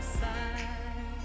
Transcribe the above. side